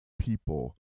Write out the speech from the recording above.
people